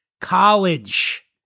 College